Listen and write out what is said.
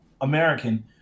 American